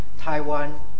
Taiwan